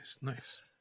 Nice